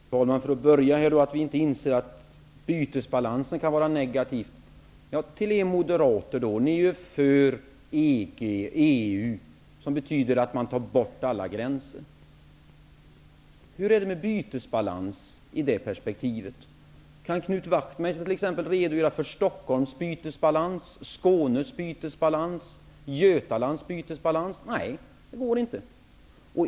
Fru talman! Knut Wachtmeister sade att vi inte inser att bytesbalansen kan vara negativ. Ni moderater är ju för EG och EU, vilket betyder att man tar bort alla gränser. Hur är det med bytesbalansen i det perspektivet? Kan Knut Wachtmeister redogöra för t.ex. Stockholms bytesbalans, Skånes bytesbalans eller Götalands bytesbalans? Nej, det går inte.